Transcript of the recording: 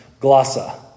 glossa